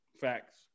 Facts